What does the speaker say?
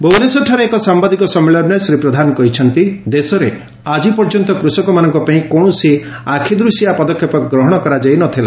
ଭୁବନେଶ୍ୱରଠାରେ ଏକ ସାନ୍ୟାଦିକ ସନ୍ମିଳନୀରେ ଶ୍ରୀ ପ୍ରଧାନ କହିଛନ୍ତି ଦେଶରେ ଆକି ପର୍ଯ୍ୟନ୍ତ କୂଷକମାନଙ୍କ ପାଇଁ କୌଣସି ଆଖ୍ଦୂଶିଆ ପଦକ୍ଷେପ ଗ୍ରହଶ କରାଯାଇ ନ ଥିଲା